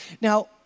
Now